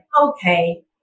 Okay